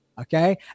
okay